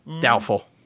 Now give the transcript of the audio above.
Doubtful